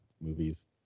movies